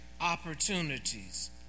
opportunities